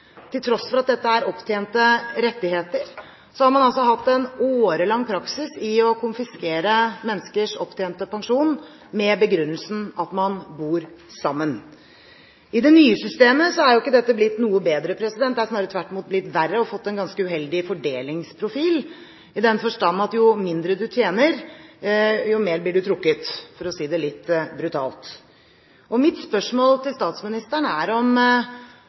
Til tross for at dette er opptjente rettigheter, har man hatt en årelang praksis med å konfiskere menneskers opptjente pensjon, med begrunnelsen at man bor sammen. I det nye systemet har ikke dette blitt noe bedre. Det har snarere blitt verre og fått en ganske uheldig fordelingsprofil, i den forstand at jo mindre du tjener, desto mer blir du trukket, for å si det litt brutalt. Mitt spørsmål til statsministeren er om